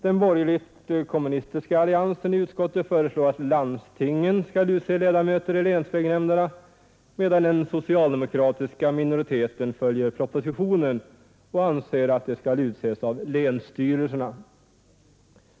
Den borgerliga kommunistiska alliansen i utskottet föreslår att landstingen skall utse ledamöter i länsvägnämnderna, medan den socialdemokratiska minoriteten följer propositionen och anser att de skall utses av länsstyrelserna.